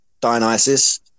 Dionysus